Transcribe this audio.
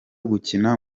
gukina